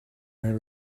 navy